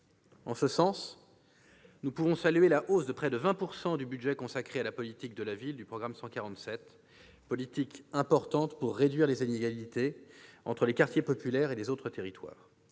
En ce sens, nous pouvons saluer la hausse de près de 20 % du budget consacré à la politique de la ville du programme 147, politique importante pour réduire les inégalités entre les quartiers populaires et les autres territoires.